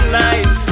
nice